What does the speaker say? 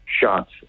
shots